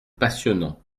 passionnant